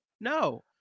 No